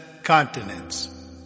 continents